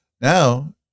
Now